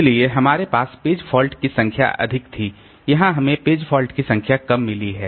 इसलिए हमारे पास पेज फॉल्ट की संख्या अधिक थी यहाँ हमें पेज फॉल्ट की संख्या कम मिली है